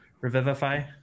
Revivify